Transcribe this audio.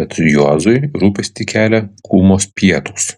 bet juozui rūpestį kelia kūmos pietūs